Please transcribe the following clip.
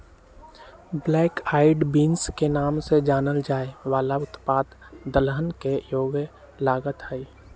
black eyed beans के नाम से जानल जाये वाला उत्पाद दलहन के एगो लागत हई